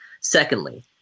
Secondly